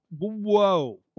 Whoa